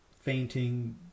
fainting